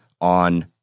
on